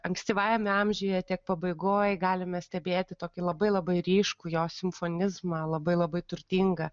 ankstyvajame amžiuje tiek pabaigoj galime stebėti tokį labai labai ryškų jo simfonizmą labai labai turtingą